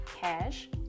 cash